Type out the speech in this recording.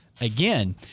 again